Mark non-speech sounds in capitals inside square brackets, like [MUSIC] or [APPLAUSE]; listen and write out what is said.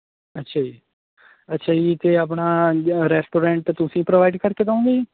ਅੱਛਾ ਜੀ ਅੱਛਾ ਜੀ ਅਤੇ ਆਪਣਾ [UNINTELLIGIBLE] ਰੈਸਰੋਰੈਂਟ ਤੁਸੀਂ ਪ੍ਰੋਵਾਇਡ ਕਰਕੇ ਦੇਵੋਂਗੇ ਜੀ